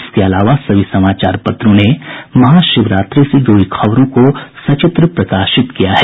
इसके अलावा सभी समाचार पत्रों ने महाशिवरात्रि से जूड़ी खबरों को सचित्र प्रकाशित किया है